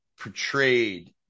portrayed